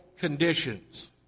conditions